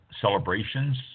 celebrations